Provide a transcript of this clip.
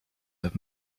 have